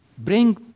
bring